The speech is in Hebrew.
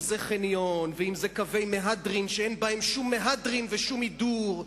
אם חניון ואם קווי מהדרין שאין בהם שום מהדרין ושום הידור,